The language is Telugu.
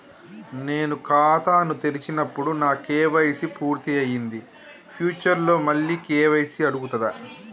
నేను ఖాతాను తెరిచినప్పుడు నా కే.వై.సీ పూర్తి అయ్యింది ఫ్యూచర్ లో మళ్ళీ కే.వై.సీ అడుగుతదా?